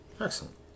excellent